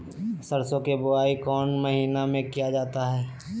सरसो की बोआई कौन महीने में किया जाता है?